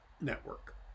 network